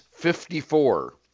54